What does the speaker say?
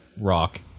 rock